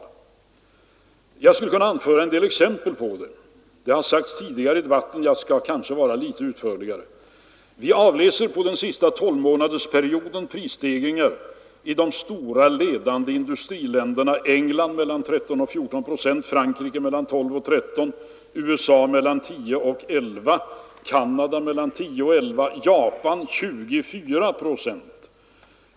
Jag skulle kunna anföra en del exempel på det; det har gjorts tidigare i debatten, men jag skall göra det litet utförligare än tidigare talare. Vi avläser på den senaste tolvmånadersperioden i de stora ledande industriländerna följande prisstegringar: England mellan 11 och 13, Frankrike mellan 12 och 13, USA mellan 10 och 11, Canada mellan 10 och 11 och Japan 24 procent.